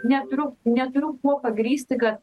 neturiu neturiu kuo pagrįsti kad